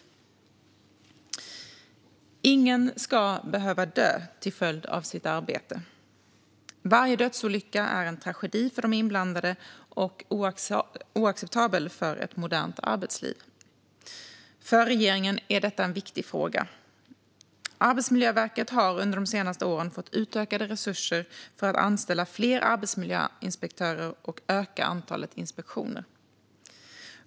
Ingen ska behöva dö till följd av sitt arbete. Varje dödsolycka är en tragedi för de inblandade och oacceptabel för ett modernt arbetsliv. För regeringen är detta en viktig fråga. Arbetsmiljöverket har under de senaste åren fått utökade resurser för att anställa fler arbetsmiljöinspektörer och öka antalet inspektioner.